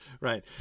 right